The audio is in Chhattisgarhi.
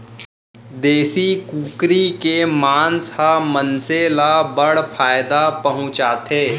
देसी कुकरी के मांस ह मनसे ल बड़ फायदा पहुंचाथे